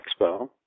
Expo